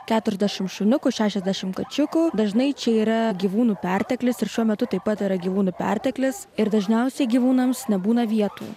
keturiasdešim šuniukų šešiasdešim kačiukų dažnai čia yra gyvūnų perteklius ir šiuo metu taip pat yra gyvūnų perteklius ir dažniausiai gyvūnams nebūna vietų